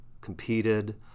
competed